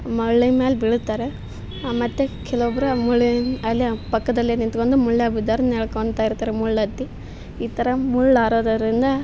ಮುಳ್ಳಿನ ಮೇಲ್ ಬೀಳ್ತಾರೆ ಮತ್ತು ಕೆಲವೊಬ್ರು ಆ ಮುಳ್ಳಿನ ಅಲ್ಲೇ ಪಕ್ಕದಲ್ಲೇ ನಿಂತ್ಕೊಂಡು ಮುಳ್ಯಾಗ ಬಿದ್ದವ್ರ್ನ ಎಳ್ಕೊಳ್ತ ಇರ್ತಾರೆ ಮುಳ್ಳೆತ್ತಿ ಈ ಥರ ಮುಳ್ಳು ಹಾರೋದರಿಂದ